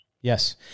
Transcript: yes